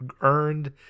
earned